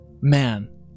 man